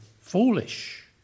foolish